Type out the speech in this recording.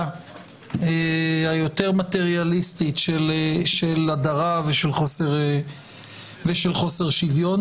היותר מטריאליסטית של הדרה ושל חוסר שוויון.